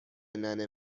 ننه